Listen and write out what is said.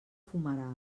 fumeral